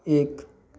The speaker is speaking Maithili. एक